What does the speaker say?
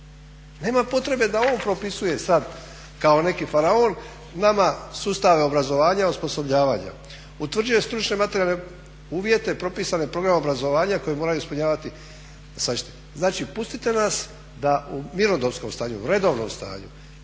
Nema potrebe da on propisuje sad kao neki faraon nama sustave obrazovanja i osposobljavanja, utvrđuje stručne materijalne uvjete propisane programom obrazovanja koji moraju ispunjavati. Znači pustite nas da u mirnodopskom stanju, u redovnom stanju